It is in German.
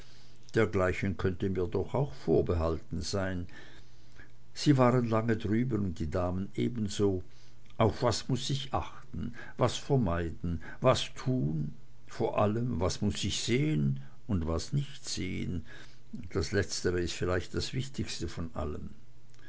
dergleichen könnte mir doch auch vorbehalten sein sie waren lange drüben und die damen ebenso auf was muß ich achten was vermeiden was tun vor allem was muß ich sehn und was nicht sehn das letztere vielleicht das wichtigste von allem